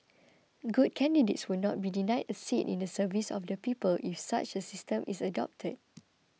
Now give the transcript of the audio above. good candidates would not be denied a seat in the service of the people if such a system is adopted